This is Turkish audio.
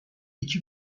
iki